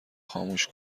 خاموش